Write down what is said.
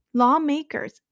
lawmakers